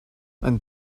ein